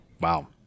Wow